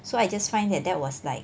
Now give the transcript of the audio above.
so I just find that that was like